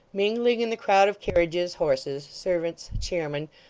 mingling in the crowd of carriages, horses, servants, chairmen,